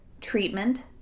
treatment